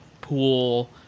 pool